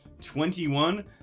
Twenty-one